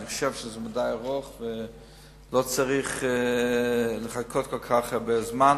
אני חושב שזה ארוך מדי ולא צריך לחכות כל כך הרבה זמן.